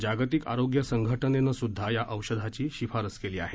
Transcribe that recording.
जागतिक आरोग्य संघटनेने सुद्धा या औषधाची शिफारस केली आहे